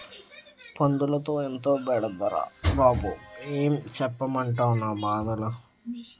పందులతో ఎంతో బెడదరా బాబూ ఏం సెప్పమంటవ్ నా బాధలు